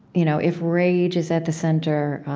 you know if rage is at the center,